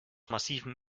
massivem